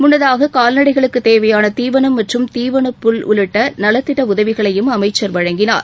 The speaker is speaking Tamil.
முன்னதாக கால்நடைகளுக்குத் தேவையான தீவனம் மற்றும் தீவனப்புல் உள்ளிட்ட நலத்திட்ட உதவிகளையும் அமைச்சர் வழங்கினார்